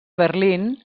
berlín